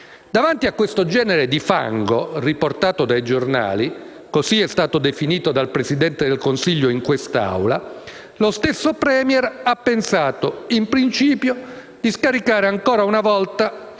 Davanti a questo genere di "fango" riportato dai giornali (così è stato definito dal Presidente del Consiglio in quest'Aula), lo stesso *Premier* ha pensato, in principio, di scaricare ancora una volta